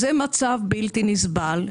זה מצב בלתי נסבל.